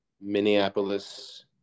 Minneapolis